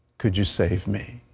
could you save me?